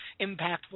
impactful